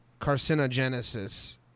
Carcinogenesis